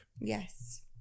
Yes